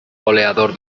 goleador